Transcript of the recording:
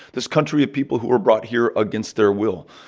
this country of people who were brought here against their will,